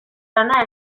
lana